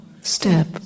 step